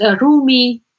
Rumi